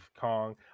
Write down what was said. kong